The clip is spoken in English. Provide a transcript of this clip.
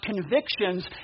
convictions